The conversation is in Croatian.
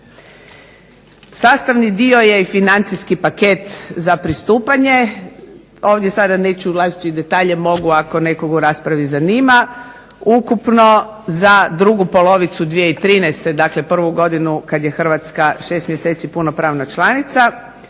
Sastavni dio i financijski paket za pristupanje. Ovdje sada neću ulaziti u detalje, mogu ako nekog u raspravi zanima. Ukupno za drugu polovicu 2013., dakle prvu godinu kada je Hrvatska 6 mjeseci punopravna članica,